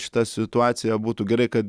šita situacija būtų gerai kad